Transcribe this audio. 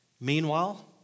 Meanwhile